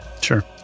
Sure